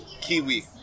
kiwi